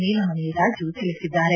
ನೀಲಮಣಿ ರಾಜು ತಿಳಿಸಿದ್ದಾರೆ